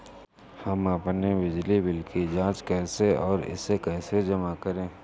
हम अपने बिजली बिल की जाँच कैसे और इसे कैसे जमा करें?